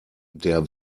der